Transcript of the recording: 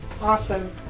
Awesome